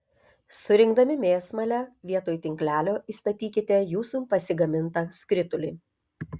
surinkdami mėsmalę vietoj tinklelio įstatykite jūsų pasigamintą skritulį